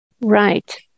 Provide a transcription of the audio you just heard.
Right